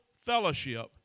Fellowship